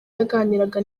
yaganiraga